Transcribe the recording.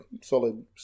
solid